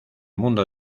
mundo